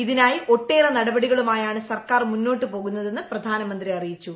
ഇതിനായി ഒട്ടേറെ നടപടികളുമായാണ് സർക്കാർ മുന്നോട്ടു പോകുന്നതെന്ന് പ്രധാനമന്ത്രി അറിയിച്ചു